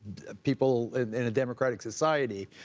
people in a democratic society.